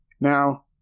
Now